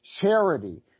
charity